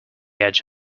edge